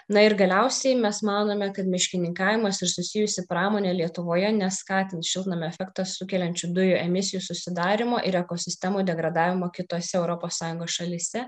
na ir galiausiai mes manome kad miškininkavimas ir susijusi pramonė lietuvoje neskatins šiltnamio efektą sukeliančių dujų emisijų susidarymo ir ekosistemų degradavimo kitose europos sąjungos šalyse